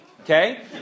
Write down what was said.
okay